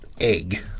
egg